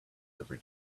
every